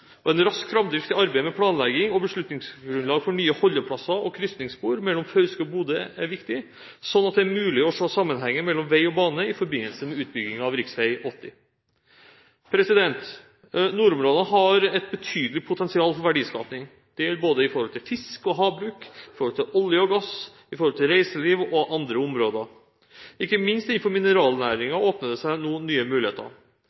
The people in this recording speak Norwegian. En rask framdrift i arbeidet med planlegging og beslutningsgrunnlag for nye holdeplasser og krysningsspor mellom Fauske og Bodø er viktig, slik at det er mulig å se sammenhengen mellom vei og bane i forbindelse med utbygging av rv. Nordområdene har et betydelig potensial for verdiskaping. Det gjelder både innenfor fiske og havbruk, olje og gass, reiseliv og andre områder. Ikke minst innenfor mineralnæringen åpner det seg nå nye muligheter.